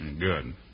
Good